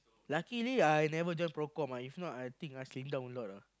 luckily I never join pro com ah if not I think I slim down a lot ah